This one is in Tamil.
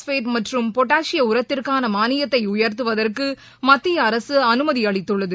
பாஸ்பேட் மற்றும் உரத்திற்கானமானியத்தை யர்த்துவதற்குமத்திய அரசு அனுமதி அளித்துள்ளது